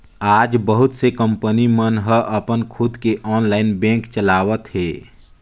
आज बहुत से कंपनी मन ह अपन खुद के ऑनलाईन बेंक चलावत हे